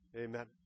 amen